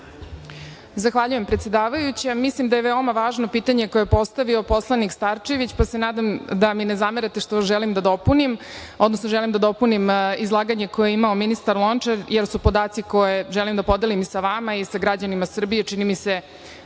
Zahvaljujem, predsedavajuća. Mislim da je veoma važno pitanje koje je postavio poslanik Starčević, pa se nadam da mi ne zamerate što želim da dopunim, odnosno želim da dopunim izlaganje koje je imao ministar Lončar, jer su podaci koje želim da podelim sa vama i sa građanima Srbije, čini mi se,